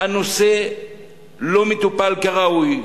הנושא לא מטופל כראוי.